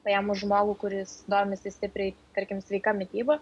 paėmus žmogų kuris domisi stipriai tarkim sveika mityba